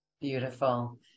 Beautiful